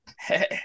Hey